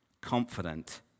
confident